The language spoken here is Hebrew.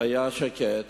היה שקט.